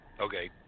Okay